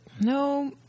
No